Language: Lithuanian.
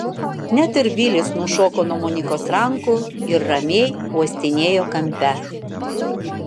net ir vilis nušoko nuo monikos rankų ir ramiai uostinėjo kampe